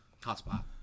Hotspot